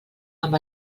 amb